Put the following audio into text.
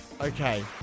Okay